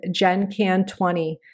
GenCan20